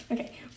Okay